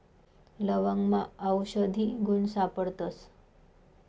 लवंगमा आवषधी गुण सापडतस